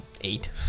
eight